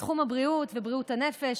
בתחום הבריאות ובריאות הנפש,